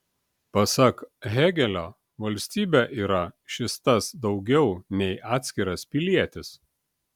pasak hėgelio valstybė yra šis tas daugiau nei atskiras pilietis